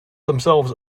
themselves